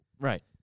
Right